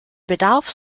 bedarf